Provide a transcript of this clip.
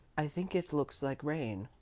i think it looks like rain.